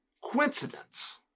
coincidence